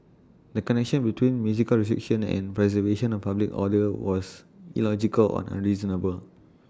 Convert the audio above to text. the connection between music restriction and preservation of public order was illogical nor unreasonable